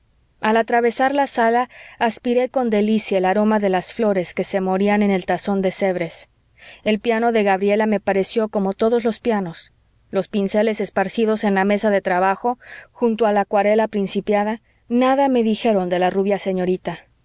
al atravesar la sala aspiré con delicia el aroma de las flores que se morían en el tazón de sévres el piano de gabriela me pareció como todos los pianos los pinceles esparcidos en la mesa de trabajo junto a la acuarela principiada nada me dijeron de la rubia señorita